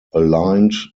aligned